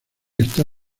está